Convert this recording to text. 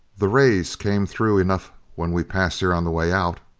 the rays came through enough when we passed here on the way out.